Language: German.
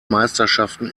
meisterschaften